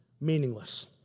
meaningless